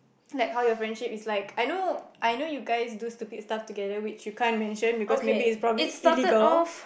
like how your friendship is like I know I know you guys do stupid stuff together which is you can't mention because maybe it's probable illegal